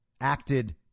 acted